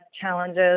challenges